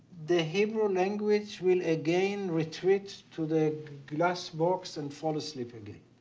the hebrew language will again retreat to the glass box and fall asleep again,